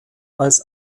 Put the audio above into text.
als